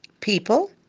People